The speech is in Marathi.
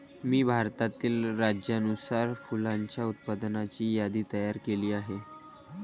मी भारतातील राज्यानुसार फुलांच्या उत्पादनाची यादी तयार केली आहे